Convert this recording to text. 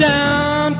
Down